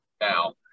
now